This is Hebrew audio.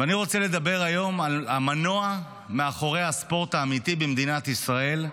ואני רוצה לדבר היום על המנוע מאחורי הספורט האמיתי במדינת ישראל,